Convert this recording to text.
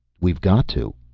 we've got to,